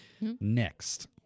Next